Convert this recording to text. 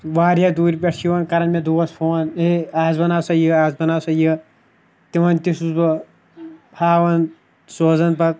واریاہ دوٗرِ پٮ۪ٹھ چھِ یِوان کَران مےٚ دوس فون ہے اَز بَناو سَہ یہِ اَز بَناو سَہ یہِ تِمَن تہِ چھُس بہٕ ہاوان سوزان پَتہٕ